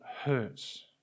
hurts